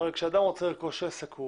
כשאדם רוצה לרכוש עסק,